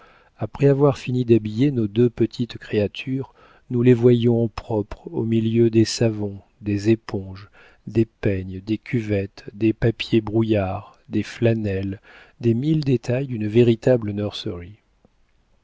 après avoir fini d'habiller nos deux petites créatures nous les voyons propres au milieu des savons des éponges des peignes des cuvettes des papiers brouillards des flanelles des mille détails d'une véritable